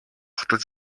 хотод